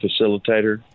facilitator